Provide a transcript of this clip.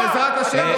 בעזרת השם,